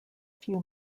few